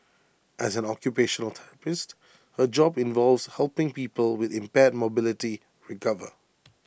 as an occupational therapist her job involves helping people with impaired mobility recover